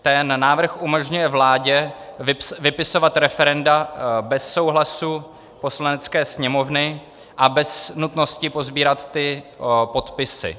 Ten návrh umožňuje vládě vypisovat referenda bez souhlasu Poslanecké sněmovny a bez nutnosti posbírat ty podpisy.